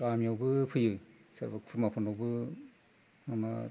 गामियावबो फैयो सोरबा खुरमाफोरनावबो माने